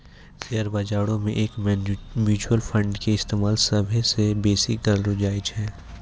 share बजारो मे mutual फंडो के इस्तेमाल सभ्भे से बेसी करलो जाय छै